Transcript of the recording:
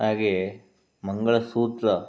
ಹಾಗೇ ಮಂಗಳಸೂತ್ರ